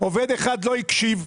עובד אחד לא הקשיב,